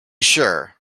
sure